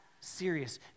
serious